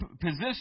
position